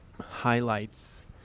highlights